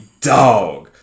Dog